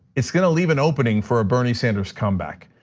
it's gonna leave an opening for a bernie sanders comeback.